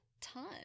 ton